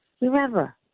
remember